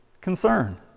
concern